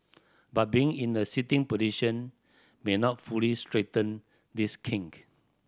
but being in a sitting position may not fully straighten this kink